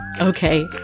Okay